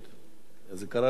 אז הוא קרא לזה צוות שרים,